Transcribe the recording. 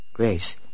Grace